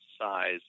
size